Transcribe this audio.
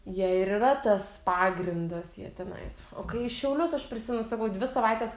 jie ir yra tas pagrindas jie tenais o kai į šiaulius aš prisimenu savo dvi savaites